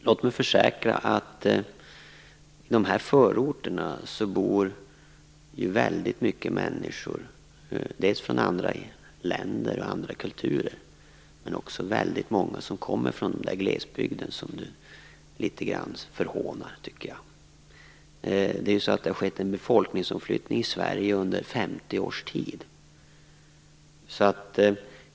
Låt mig försäkra att det i förorterna bor väldigt många människor från andra länder och andra kulturer, men också väldigt många som kommer från glesbygden, som jag tycker att Karin Pilsäter litet grand förhånar. Det har skett en befolkningsomflyttning i Sverige under 50 års tid.